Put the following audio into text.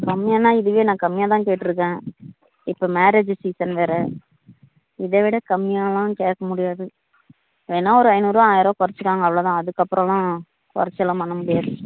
கம்மியான்னா இதுவே நான் கம்மியாக தான் கேட்ருக்கேன் இப்போ மேரேஜி சீசன் வேறு இதை விட கம்மியாகலாம் கேட்க முடியாது வேணா ஒரு ஐநூறுரூவா ஆயருவா குறச்சிகோங்க அவ்வளோ தான் அதற்கு அப்புறோலாம் குறச்சி எல்லாம் பண்ண முடியாது